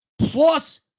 plus